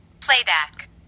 Playback